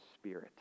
spirit